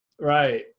Right